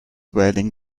wailing